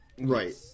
Right